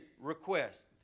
request